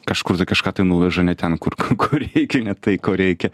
kažkur tai kažką tai nuveža ne ten kur kur reikia ne tai ko reikia